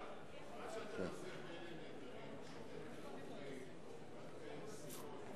עד שאתה נוזף באלה שנעדרים,